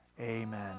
amen